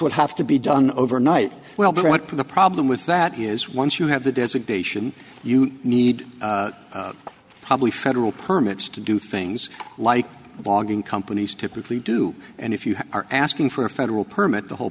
would have to be done overnight well the problem with that is once you have the designation you need probably federal permits to do things like logging companies typically do and if you are asking for a federal permit the whole